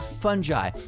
fungi